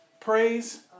Praise